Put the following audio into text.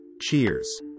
Cheers